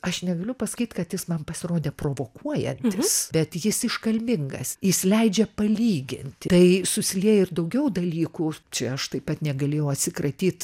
aš negaliu pasakyt kad jis man pasirodė provokuojantis bet jis iškalbingas jis leidžia palygint tai susilieja ir daugiau dalykų čia aš taip pat negalėjau atsikratyt